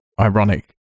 ironic